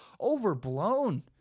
overblown